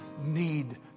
need